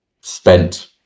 spent